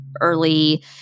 early